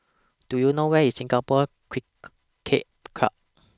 Do YOU know Where IS Singapore Cricket Club